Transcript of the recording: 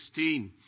16